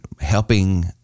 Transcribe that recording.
helping